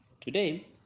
Today